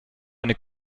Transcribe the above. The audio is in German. eine